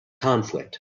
conflict